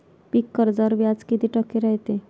पीक कर्जावर व्याज किती टक्के रायते?